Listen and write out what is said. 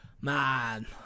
Man